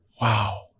wow